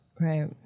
Right